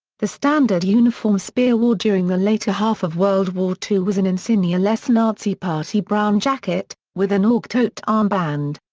the standard uniform speer wore during the later half of world war ii was an insignia-less nazi party brown jacket, with an org todt armband.